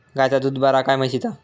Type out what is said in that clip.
गायचा दूध बरा काय म्हशीचा?